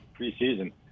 preseason